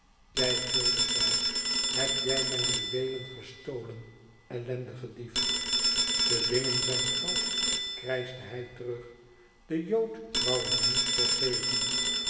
jij gilde zij heb jij mijn juweelen gestolen ellendige dief de dingen zijn valsch krijschte hij terug de jood woû er niets voor geven